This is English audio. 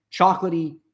chocolatey